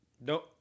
No